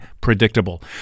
predictable